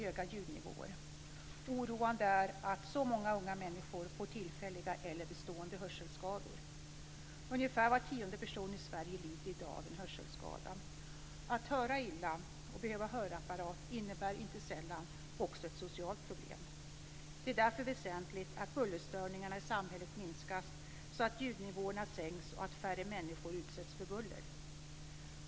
Det är oroande att så många unga människor får tillfälliga eller bestående hörselskador. Ungefär var tionde person i Sverige lider i dag av en hörselskada. Att höra illa och behöva hörapparat innebär inte sällan också ett socialt problem. Det är därför väsentligt att bullerstörningarna i samhället minskas, så att ljudnivåerna sänks och färre människor utsätts för buller.